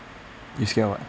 you scared what